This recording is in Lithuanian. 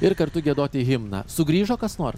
ir kartu giedoti himną sugrįžo kas nors